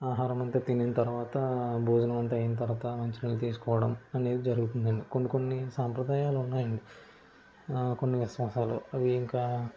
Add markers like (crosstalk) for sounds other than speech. ఆహారం అంతా తినిన తర్వాత భోజనం అంత అయిన తర్వాత మంచి నీళ్లు తీసుకోవడం జరుగుతుంది కొన్ని కొన్ని సాంప్రదాయాలు ఉన్నాయి కొన్ని (unintelligible) అవి ఇంకా